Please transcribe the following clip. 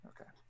Okay